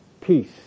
peace